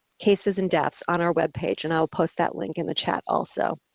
cases and deaths, on our webpage and i'll post that link in the chat also.